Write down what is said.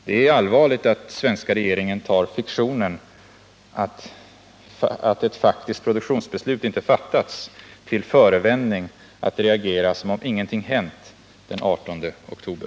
Det är allvarligt att den svenska regeringen tar fiktionen att ett faktiskt produktionsbeslut inte fattats till förevändning för att reagera som om ingenting hänt den 18 oktober.